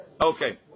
Okay